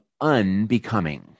Unbecoming